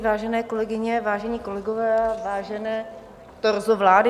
Vážené kolegyně, vážení kolegové, vážené torzo vlády.